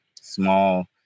small